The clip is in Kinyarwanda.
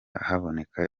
haboneka